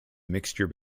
mixture